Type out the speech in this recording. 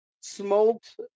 smoked